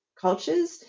cultures